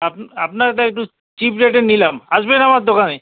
আপনারটা একটু চিপ রেটে নিলাম আসবেন আমার দোকানে